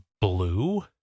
blue